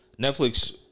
Netflix